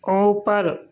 اوپر